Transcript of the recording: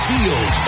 Field